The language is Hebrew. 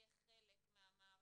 וכמובן לכל השותפים שהם מהקהילה,